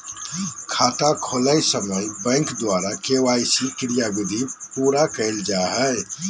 खाता खोलय समय बैंक द्वारा के.वाई.सी क्रियाविधि पूरा कइल जा हइ